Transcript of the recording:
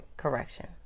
Correction